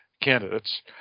candidates